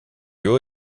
haut